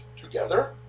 together